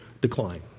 decline